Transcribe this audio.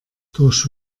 durch